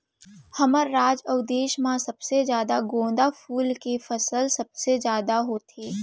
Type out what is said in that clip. हमर राज अउ देस म सबले जादा गोंदा फूल के फसल सबले जादा होथे